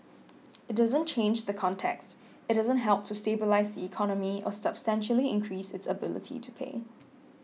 it doesn't change the context it doesn't help to stabilise the economy or substantially increase its ability to pay